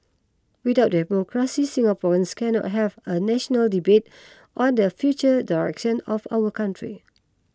without democracy Singaporeans cannot have a national debate on the future direction of our country